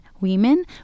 women